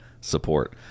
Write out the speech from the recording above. support